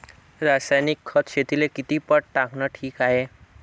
रासायनिक खत शेतीले किती पट टाकनं ठीक हाये?